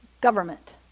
government